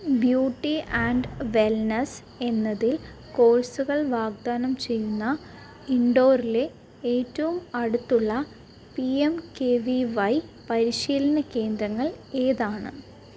beauty and wellness എന്നതിൽ കോഴ്സുകൾ വാഗ്ദാനം ചെയ്യുന്ന ഇൻഡോർലെ ഏറ്റവും അടുത്തുള്ള P M K V Y പരിശീലന കേന്ദ്രങ്ങൾ ഏതാണ്